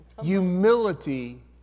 Humility